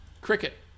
cricket